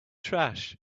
trash